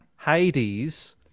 Hades